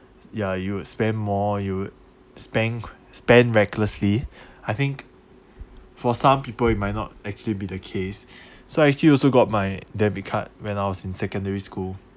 ya you would spend more you would spank spend recklessly I think for some people it might not actually be the case so I actually also got my debit card when I was in secondary school